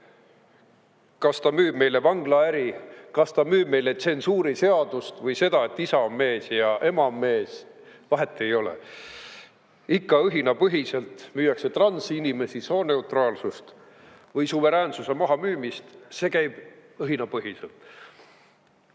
Kas ta müüb meile vanglaäri, kas ta müüb meile tsensuuriseadust või seda, et isa on mees ja ema on mees – vahet ei ole. Ikka õhinapõhiselt müüakse transinimesi, sooneutraalsust või suveräänsuse mahamüümist. Kõik käib õhinapõhiselt! Ometi